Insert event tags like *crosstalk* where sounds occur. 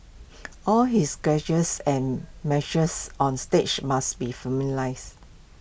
all his gestures and *unintelligible* on stage must be *unintelligible*